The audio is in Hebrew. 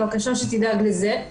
בבקשה שתדאג לזה.